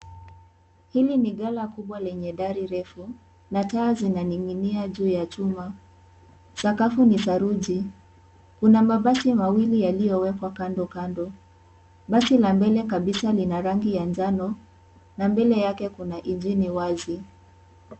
Hili ni gala kubwa lenye dari refu, na taa zinaninginia juu ya chuma, sakafu ni saruji, kuna mabasi mawili yaliowekwa kando kando, basi la mbele kabisa lina rangi ya njano, na mbele yake kuna injini wazi.